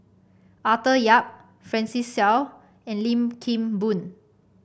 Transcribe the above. Arthur Yap Francis Seow and Lim Kim Boon